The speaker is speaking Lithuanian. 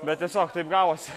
bet tiesiog taip gavosi